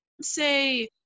say